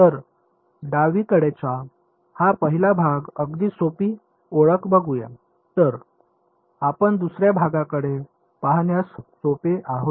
तर डावीकडचा हा पहिला भाग अगदी सोपी ओळख बघूया तर आपण दुसऱ्या भागाकडे पाहण्यास सोपे आहोत